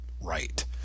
right